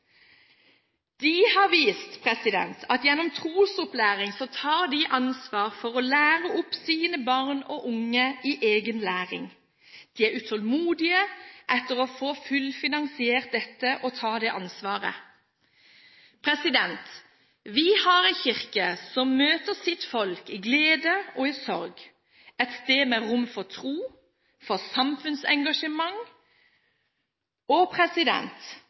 De har vist at de gjennom trosopplæring tar ansvar for å lære opp sine barn og unge. De er utålmodige etter å få fullfinansiert dette og ta det ansvaret. Vi har en kirke som møter sitt folk i glede og i sorg, og som er et sted med rom for tro og samfunnsengasjement.